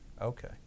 Okay